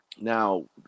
Now